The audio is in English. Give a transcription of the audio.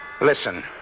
Listen